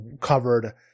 covered